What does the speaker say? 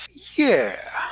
yeah.